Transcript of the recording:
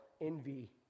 envy